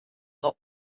not